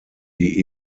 die